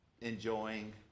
enjoying